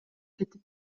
кетип